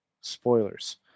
Spoilers